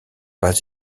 pas